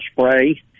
spray